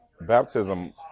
baptism